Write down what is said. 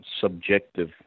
subjective